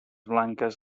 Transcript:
blanques